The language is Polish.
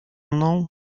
mną